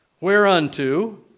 Whereunto